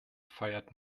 feiert